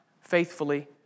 faithfully